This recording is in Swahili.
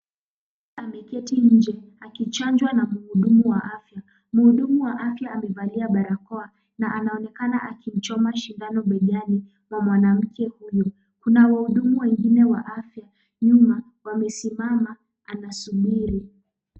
Ameketi nje akichanjwa na mhudumu wa afya. Mhudumu wa afya amevalia barakoa na anaonekana akimchoma shindano begani mwa mwanamke huyu. Mhudumu mwingine wa afya amesimama anasubiri.